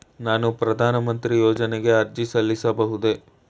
ನಾನು ಪ್ರಧಾನ ಮಂತ್ರಿ ಯೋಜನೆಗೆ ಅರ್ಜಿ ಸಲ್ಲಿಸಬಹುದೇ?